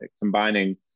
combining